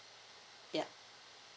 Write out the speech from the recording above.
ya